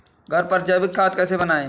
घर पर जैविक खाद कैसे बनाएँ?